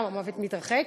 גם המוות מתרחק,